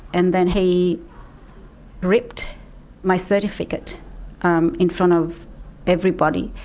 and then he ripped my certificate um in front of everybody,